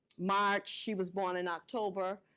march, she was born in october.